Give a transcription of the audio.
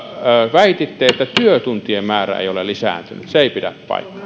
väititte että työtuntien määrä ei ole lisääntynyt se ei pidä paikkaansa